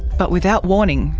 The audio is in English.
but without warning,